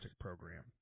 program